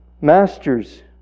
Masters